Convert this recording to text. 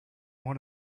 one